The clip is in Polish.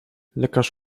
lekarz